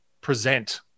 present